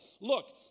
Look